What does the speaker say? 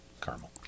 caramel